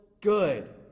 good